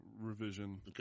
Revision